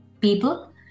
people